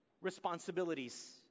responsibilities